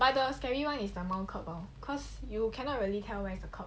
but the scary one is the mount kerb [one] cause you cannot really tell where is the kerb